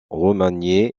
remaniée